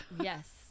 yes